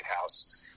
House